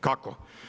Kako?